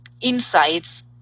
insights